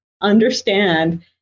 understand